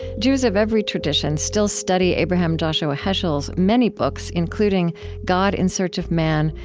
jews of every tradition still study abraham joshua heschel's many books, including god in search of man,